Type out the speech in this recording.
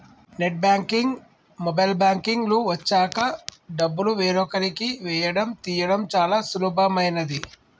net banking, mobile banking లు వచ్చాక డబ్బులు వేరొకరికి వేయడం తీయడం చాలా సులభమైనది